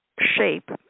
shape